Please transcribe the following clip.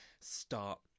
start